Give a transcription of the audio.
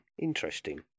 Interesting